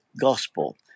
Gospel